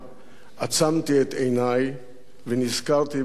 עצמתי את עיני ונזכרתי ביצחק רבין.